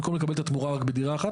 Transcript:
במקום לקבל את התמורה בדירה אחת,